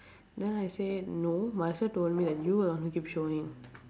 then I say no marcia told me that you were the one who keep showing